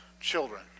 children